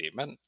men